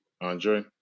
Andre